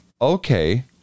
okay